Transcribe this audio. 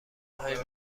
های